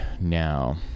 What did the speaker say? now